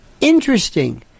interesting